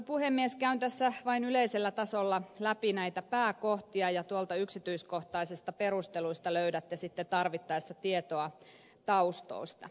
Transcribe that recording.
käyn tässä vain yleisellä tasolla läpi näitä pääkohtia ja yksityiskohtaisista perusteluista löydätte tarvittaessa tietoa taustoista